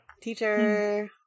Teacher